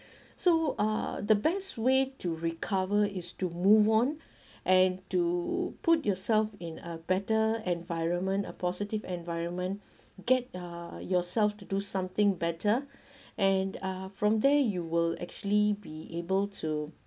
so uh the best way to recover is to move on and to put yourself in a better environment a positive environment get uh yourself to do something better and uh from there you will actually be able to